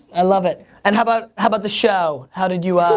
i love it. and how about how about the show? how did you um